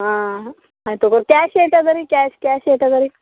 ಹಾಂ ಆಯ್ತು ತಗೋರಿ ಕ್ಯಾಶ್ ಎಷ್ಟ್ ಅದ ರೀ ಕ್ಯಾಶ್ ಕ್ಯಾಶ್ ಎಷ್ಟ್ ಅದ ರೀ